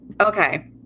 Okay